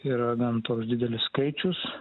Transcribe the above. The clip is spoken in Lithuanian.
yra gan toks didelis skaičius